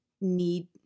need